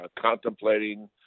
contemplating